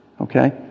Okay